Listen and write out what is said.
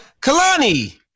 Kalani